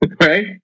right